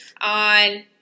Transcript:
on